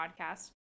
podcast